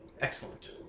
Excellent